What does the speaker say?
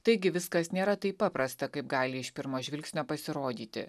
taigi viskas nėra taip paprasta kaip gali iš pirmo žvilgsnio pasirodyti